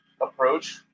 approach